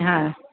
हा